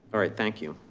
all right, thank you.